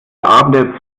abende